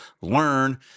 learn